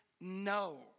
no